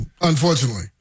Unfortunately